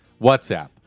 WhatsApp